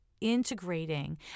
integrating